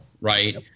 Right